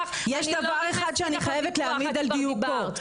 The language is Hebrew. דבר אחד שאני חייבת להעמיד על דיוקו.